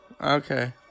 okay